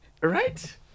Right